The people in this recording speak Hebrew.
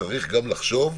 צריך גם לחשוב,